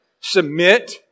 submit